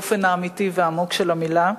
באופן האמיתי והעמוק של המלה.